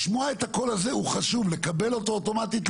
לשמוע את הקול הזה זה חשוב, לקבל אותו אוטומטית?